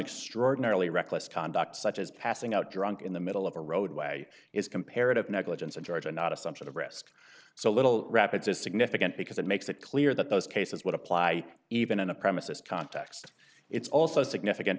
extraordinarily reckless conduct such as passing out drunk in the middle of a roadway is comparative negligence in georgia not assumption of risk so little rapids is significant because it makes it clear that those cases would apply even in a premises context it's also significant